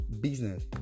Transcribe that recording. business